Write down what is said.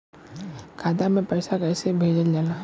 खाता में पैसा कैसे भेजल जाला?